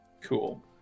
Cool